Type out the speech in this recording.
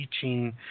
teaching